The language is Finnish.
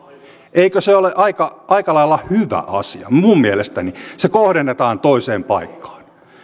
eikö se ole aika aika lailla hyvä asia minun mielestäni on se kohdennetaan toiseen paikkaan